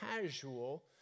casual